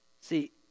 See